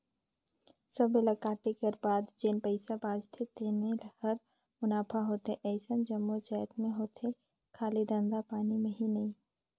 सबे ल कांटे कर बाद जेन पइसा बाचथे तेने हर मुनाफा होथे अइसन जम्मो जाएत में होथे खाली धंधा पानी में ही नई